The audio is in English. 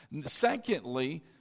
Secondly